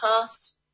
past